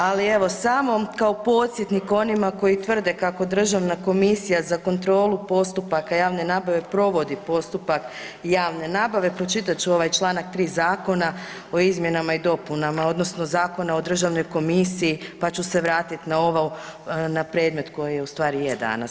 Ali evo samo kao podsjetnik onima koji tvrde kako Državna komisija za kontrolu postupaka javne nabave provodi postupak javne nabave, pročitat ću ovaj članak 3. Zakona o izmjenama i dopunama odnosno Zakona o Državnoj komisiji, pa ću se vratiti na ovo na predmet koji ustvari je danas.